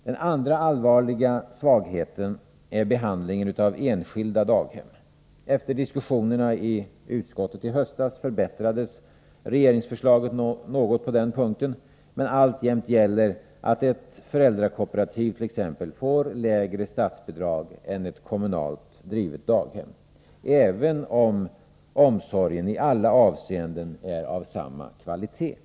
Den andra allvarliga svagheten är behandlingen av enskilda daghem. Efter diskussionerna i utskottet i höstas förbättrades regeringsförslaget något på den punkten. Men alltjämt gäller att ett föräldrakooperativ får lägre statsbidrag än ett kommunalt drivet daghem även om omsorgen i alla avseenden är av samma kvalitet.